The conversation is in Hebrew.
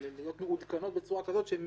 מעודכנים בצורה כזאת שהם